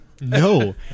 No